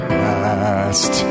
past